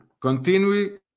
continue